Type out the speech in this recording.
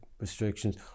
restrictions